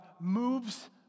moves